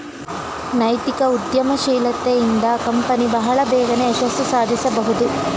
ನೈತಿಕ ಉದ್ಯಮಶೀಲತೆ ಇಂದ ಕಂಪನಿ ಬಹಳ ಬೇಗನೆ ಯಶಸ್ಸು ಸಾಧಿಸಬಹುದು